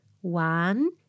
One